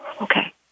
okay